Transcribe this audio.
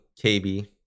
KB